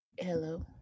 hello